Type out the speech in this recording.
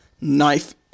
Knife